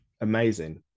amazing